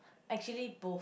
actually both